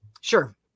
Sure